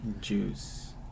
juice